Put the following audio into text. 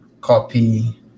copy